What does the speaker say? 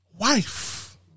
wife